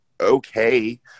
okay